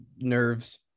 Nerves